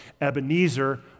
Ebenezer